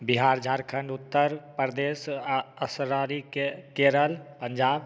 बिहार झारखंड उत्तर प्रदेश असरारी के केरल पंजाब